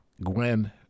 Gwen